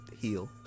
heal